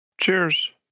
Cheers